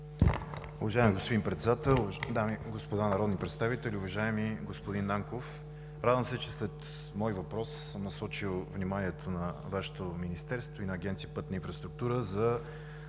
Уважаеми господин Председател, дами и господа народни представители! Уважаеми господин Нанков, радвам се, че след мой въпрос съм насочил вниманието на Вашето Министерство и на Агенция „Пътна инфраструктура“ за